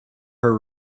her